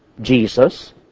Jesus